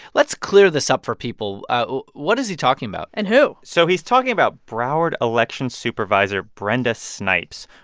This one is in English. let's clear this up for people what is he talking about? and who? so he's talking about broward elections supervisor brenda snipes,